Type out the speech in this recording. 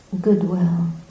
goodwill